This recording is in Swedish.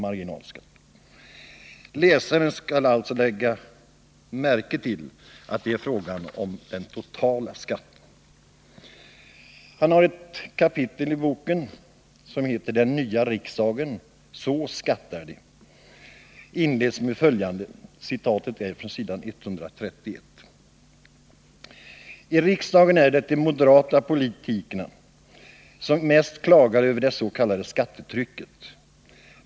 Man skall alltså lägga märke till att det är fråga om den totala skatten, inte marginalskatten. Ett kapitel i boken, ”Den nya riksdagen — så skattar de”, inleds på s. 131 med följande avsnitt: ”Triksdagen är det de moderata politikerna som klagar mest över det s.k. skattetrycket.